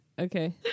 Okay